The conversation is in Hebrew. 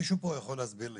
מישהו פה יכול להסביר לי,